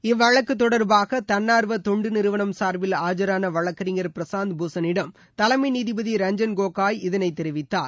இவ்வழக்குதொடர்பாகதன்னார்வதொண்டுநிறுவனம் சார்பில் ஆஐரானவழக்கிறஞர் பிரசாந்த் பூஷனிடம் தலைமைநீதிபதி ரஞ்சன் கோகைய் இதனைதெரிவித்தார்